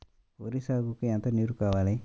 వరి సాగుకు ఎంత నీరు కావాలి?